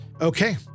Okay